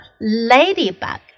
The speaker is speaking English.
ladybug